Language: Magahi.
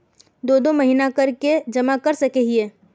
दो दो महीना कर के जमा कर सके हिये?